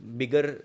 bigger